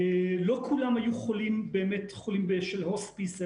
לא כולם היו חולים של הוספיס,